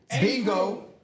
Bingo